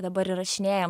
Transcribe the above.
dabar įrašinėjam